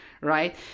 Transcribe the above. Right